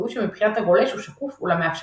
זיהוי שמבחינת הגולש הוא שקוף אולם מאפשר